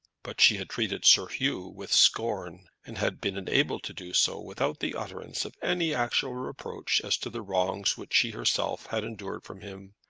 but she had treated sir hugh with scorn, and had been enabled to do so without the utterance of any actual reproach as to the wrongs which she herself had endured from him.